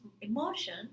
emotion